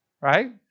Right